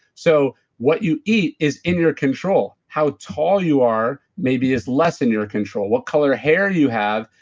so what you eat is in your control. how tall you are maybe is less in your control. what color hair you have,